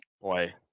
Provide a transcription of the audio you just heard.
Boy